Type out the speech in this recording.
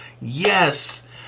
Yes